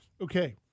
okay